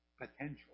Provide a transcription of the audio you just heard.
potential